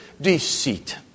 deceit